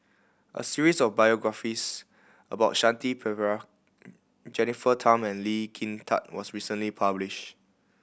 a series of biographies about Shanti Pereira Jennifer Tham and Lee Kin Tat was recently published